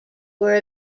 were